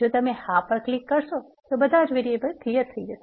જો તમે હા પર ક્લિક કરશો તો બધાજ વેરિએબલ સાફ થઇ જશે